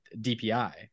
dpi